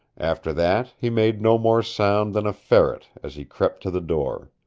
after that he made no more sound than a ferret as he crept to the door.